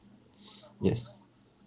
yes